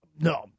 No